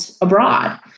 abroad